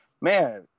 man